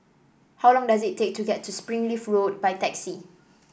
How long does it take to get to Springleaf Road by taxi